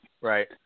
right